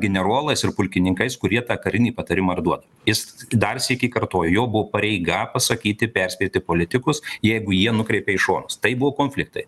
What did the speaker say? generuolais ir pulkininkais kurie tą karinį patarimą ir duoda jis dar sykį kartoju jo buvo pareiga pasakyti perspėti politikus jeigu jie nukreipė į šonus tai buvo konfliktai